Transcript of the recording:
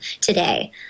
today